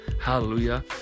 hallelujah